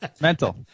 Mental